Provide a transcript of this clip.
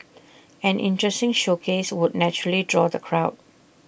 an interesting showcase would naturally draw the crowd